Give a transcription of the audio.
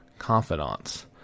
confidants